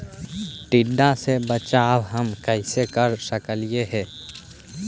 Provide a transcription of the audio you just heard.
टीडा से बचाव हम कैसे कर सकली हे?